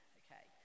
okay